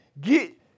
get